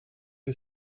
que